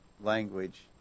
language